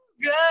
good